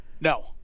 No